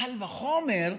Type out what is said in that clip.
קל וחומר,